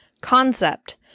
concept